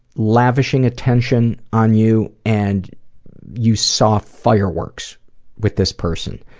lavishing attention on you and you saw fire works with this person.